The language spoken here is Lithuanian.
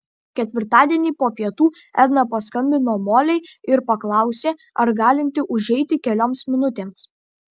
ketvirtadienį po pietų edna paskambino molei ir paklausė ar galinti užeiti kelioms minutėms